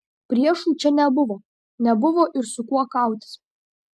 priešų čia nebuvo nebuvo ir su kuo kautis